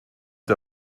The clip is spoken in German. der